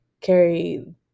carry